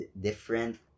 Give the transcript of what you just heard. different